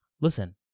listen